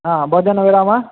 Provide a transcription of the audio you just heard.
हा भोजनविरामः